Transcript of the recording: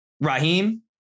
Raheem